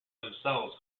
themselves